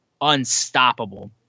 unstoppable